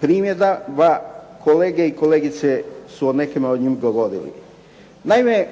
primjedaba, kolege i kolegice su o nekima od njih govorili. Naime,